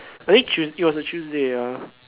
I think Tues~ it was a Tuesday ah